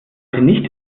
nicht